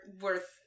worth